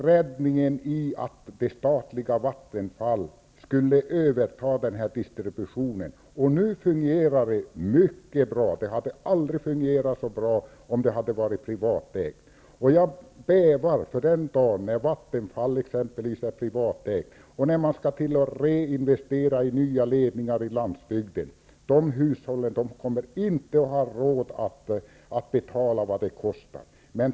Räddningen såg man i att det statliga Vattenfall övertog distributionen. Nu fungerar det mycket bra. Så bra skulle det inte fungera med ett privat ägande. Jag bävar för den dagen då exempelvis Vattenfall är privatägt och man skall reinvestera i nya ledningar på landsbygden. Hushållen där kommer inte att ha råd att betala vad det kostar.